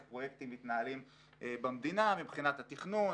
פרויקטים מתנהלים במדינה מבחינת התכנון,